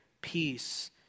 peace